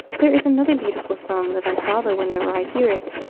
there is another beautiful song that i follow whenever i hear it,